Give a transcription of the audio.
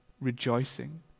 rejoicing